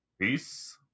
Peace